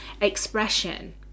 expression